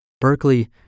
Berkeley